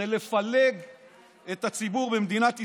לפלג את הציבור במדינת ישראל.